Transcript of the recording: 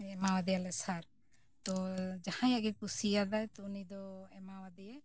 ᱮᱢᱟᱣᱟᱫᱮᱭᱟᱞᱮ ᱥᱟᱨ ᱛᱚ ᱡᱟᱦᱟᱸᱭᱟᱜ ᱜᱮ ᱠᱩᱥᱤᱭᱟᱫᱟᱭ ᱛᱚ ᱩᱱᱤ ᱫᱚ ᱮᱢᱟ ᱟᱫᱮᱭᱟᱭ